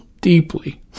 deeply